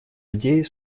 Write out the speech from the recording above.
людей